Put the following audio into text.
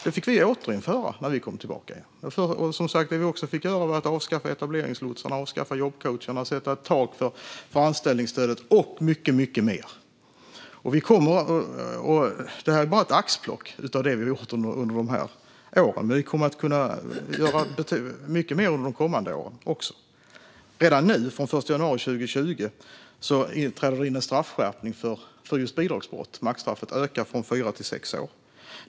Det fick vi återinföra när vi kom tillbaka. Det vi också fick göra var att avskaffa etableringslotsarna och jobbcoacherna, sätta ett tak för anställningsstödet och mycket mer. Det här är bara ett axplock av det vi har gjort under de här åren. Vi kommer att kunna göra betydligt mycket mer under de kommande åren. Redan nu, från den 1 januari 2020, träder en straffskärpning för bidragsbrott in. Maxstraffet ökar från fyra år till sex år.